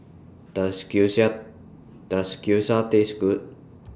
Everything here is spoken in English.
Does Gyoza Taste Good